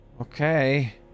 Okay